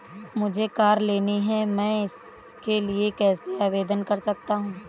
मुझे कार लेनी है मैं इसके लिए कैसे आवेदन कर सकता हूँ?